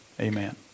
Amen